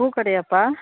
பூக்கடையாப்பா